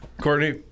Courtney